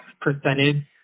percentage